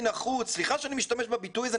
סליחה שאני משתמש בביטוי הזה,